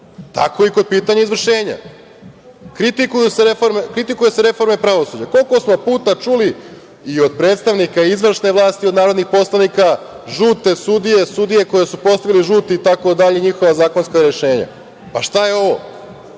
Tako i kod pitanja izvršenja. Kritikuju se reforme pravosuđa. Koliko smo puta čuli i od predstavnika izvršne vlasti i od narodnih poslanika – žute sudije, sudije koje su postavili žuti, itd, njihova zakonska rešenja? Šta je ovo?